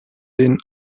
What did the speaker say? den